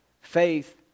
Faith